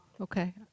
okay